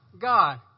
God